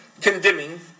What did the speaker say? Condemning